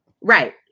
Right